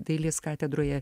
dailės katedroje